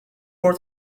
for